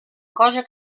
cosa